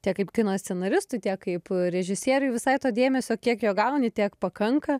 tiek kaip kino scenaristui tiek kaip režisieriui visai to dėmesio kiek jo gauni tiek pakanka